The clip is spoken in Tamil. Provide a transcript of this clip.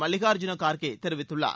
மல்லிகார்ஜுன கார்கே தெரிவித்துள்ளார்